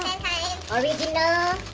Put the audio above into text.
okay no